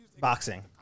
Boxing